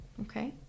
Okay